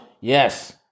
Yes